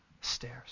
stairs